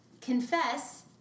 confess